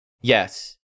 Yes